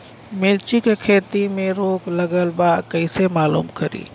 मिर्ची के खेती में रोग लगल बा कईसे मालूम करि?